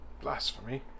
blasphemy